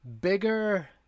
bigger